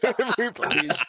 everybody's